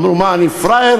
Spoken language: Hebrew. אמרו: מה, אני פראייר?